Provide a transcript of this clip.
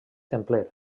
templer